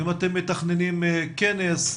אם אתם מתכננים כנס,